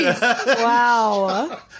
Wow